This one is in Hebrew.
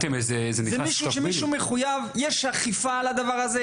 יש אכיפה על הדבר הזה?